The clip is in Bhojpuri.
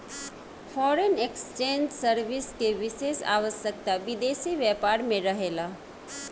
फॉरेन एक्सचेंज सर्विस के विशेष आवश्यकता विदेशी व्यापार में रहेला